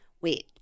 wait